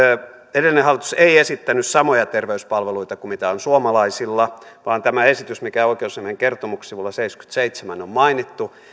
edellinen hallitus ei esittänyt samoja terveyspalveluita kuin mitä on suomalaisilla vaan tämä esitys mikä oikeusasiamiehen kertomuksessa sivulla seitsemänkymmentäseitsemän on mainittu